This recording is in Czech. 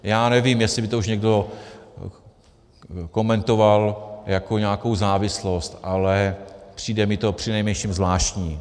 Já nevím, jestli by to už někdo komentoval jako nějakou závislost, ale přijde mi to při nejmenším zvláštní.